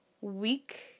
week